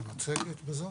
מוכנות לשוק העבודה המשתנה).